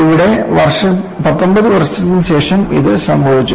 ഇവിടെ 19 വർഷത്തിനുശേഷം ഇത് സംഭവിച്ചു